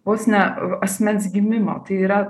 vos ne asmens gimimo tai yra